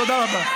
תודה רבה.